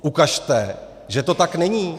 Ukažte, že to tak není.